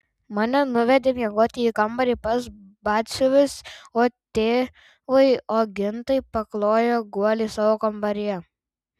mane nuvedė miegoti į kambarį pas batsiuvius o tėvui ogintai paklojo guolį savo kambaryje